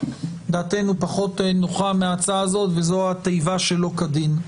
פחות נוחה מההצעה הזאת וזו התיבה "שלא כדין".